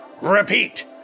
Repeat